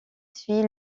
suit